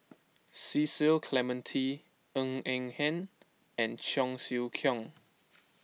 Cecil Clementi Ng Eng Hen and Cheong Siew Keong